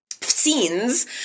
scenes